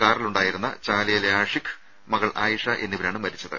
കാറിലുണ്ടായിരുന്ന ചാലയിലെ ആഷിഖ് മകൾ ആയിഷ എന്നിവരാണ് മരിച്ചത്